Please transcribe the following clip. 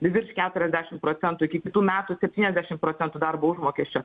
virš keturiasdešimt procentų iki kitų metų septyniasdešimt procentų darbo užmokesčio